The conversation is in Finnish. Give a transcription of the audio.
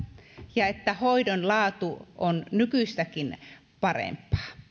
ja että hoidon laatu on nykyistäkin parempaa